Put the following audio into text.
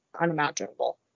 unimaginable